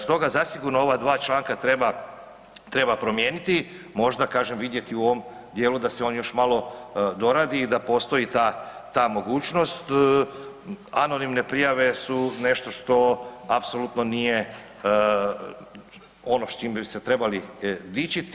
Stoga, zasigurno ova dva članka treba promijeniti, možda kažem, vidjeti u ovom dijelu da se on još malo doradi i da postoji ta mogućnost, anonimne prijave su nešto što apsolutno nije ono s čim bi se trebali dičiti.